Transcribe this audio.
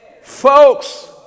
folks